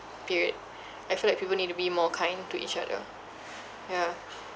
period I feel like people need to be more kind to each other yeah